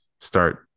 start